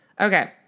Okay